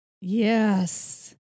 Yes